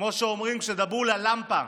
כמו שאומרים, תדברו ללמפה.